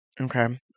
Okay